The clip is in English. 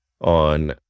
on